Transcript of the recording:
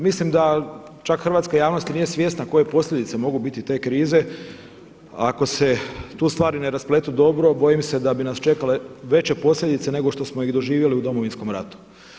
Mislim da čak hrvatska javnost i nije svjesna koje posljedice mogu biti te krize ako se tu stvari ne raspletu dobro bojim se da bi nas čekale veće posljedice nego što smo ih doživjeli u Domovinskom ratu.